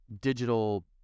digital